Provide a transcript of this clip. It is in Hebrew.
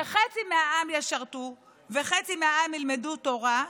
שיגדיר שחצי מהעם ישרתו וחצי מהעם ילמדו תורה,